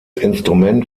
instrument